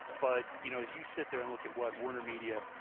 but you know as you sit there and look at what warnermedia,